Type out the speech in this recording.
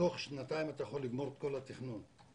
בתוך שנתיים אתה יכול לגמור את כל התכנון הכוללני,